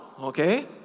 okay